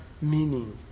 meaning